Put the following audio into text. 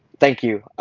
thank you.